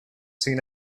seen